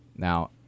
Now